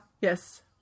Yes